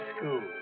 school